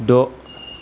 द'